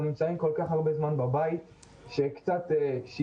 אנחנו נמצאים כל כך הרבה זמן בבית שקצת שגרה